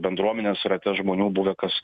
bendruomenės rate žmonių buvę kas